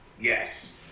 yes